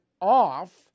off